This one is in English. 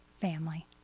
family